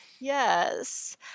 yes